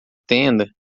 tenda